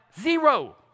zero